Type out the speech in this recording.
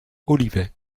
olivet